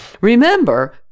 Remember